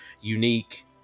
unique